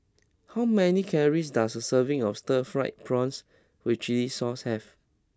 how many calories does a serving of Stir Fried Prawns with Chili Sauce have